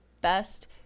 best